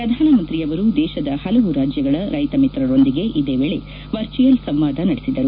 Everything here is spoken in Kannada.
ಪ್ರಧಾನಮಂತ್ರಿಯವರು ದೇಶದ ಹಲವು ರಾಜ್ಲಗಳ ರೈತ ಮಿತ್ರರೊಂದಿಗೆ ಇದೇ ವೇಳೆ ವರ್ಚುಲ್ ಸಂವಾದ ನಡೆಸಿದರು